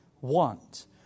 want